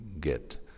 get